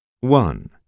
One